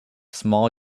small